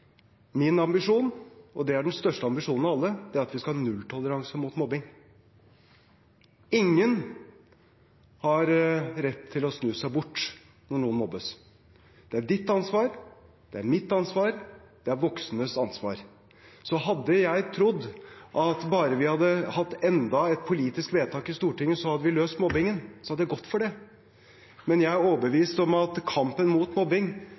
Min ambisjon, og det er den største ambisjonen av alle, er at vi skal ha nulltoleranse mot mobbing. Ingen har rett til å snu seg bort når noen mobbes. Det er ditt ansvar, det er mitt ansvar, det er de voksnes ansvar. Hadde jeg trodd at bare vi hadde hatt enda et politisk vedtak i Stortinget, så hadde vi løst mobbingen, hadde jeg gått for det, men jeg er overbevist om at kampen mot mobbing